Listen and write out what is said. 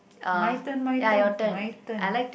my turn my turn my turn